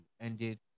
ended